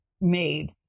made